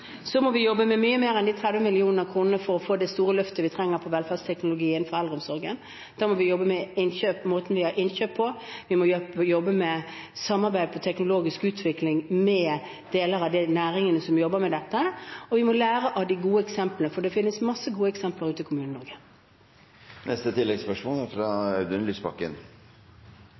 Så må vi jobbe med mye mer enn de 30 millioner kronene for å få til det store løftet vi trenger når det gjelder velferdsteknologi innenfor eldreomsorgen. Der må vi jobbe med innkjøp, med måten vi gjør innkjøp på, vi må jobbe med samarbeid om teknologisk utvikling med de deler av næringene som jobber med dette, og vi må lære av det gode eksempelet, for det finnes masse gode eksempler ute i Kommune-Norge. Audun Lysbakken – til oppfølgingsspørsmål. Det er